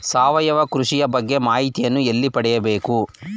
ಸಾವಯವ ಕೃಷಿಯ ಬಗ್ಗೆ ಮಾಹಿತಿಯನ್ನು ಎಲ್ಲಿ ಪಡೆಯಬೇಕು?